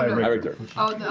marisha oh,